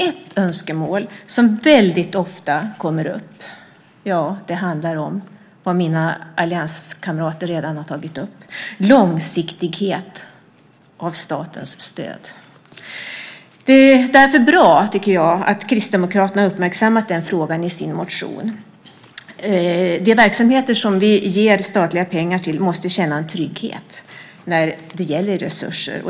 Ett önskemål som väldigt ofta kommer upp handlar om något som mina allianskamrater redan har tagit upp, nämligen långsiktighet vad gäller statens stöd. Det är därför bra att Kristdemokraterna har uppmärksammat den frågan i sin motion. De verksamheter som vi ger statliga pengar till måste känna en trygghet när det gäller resurser.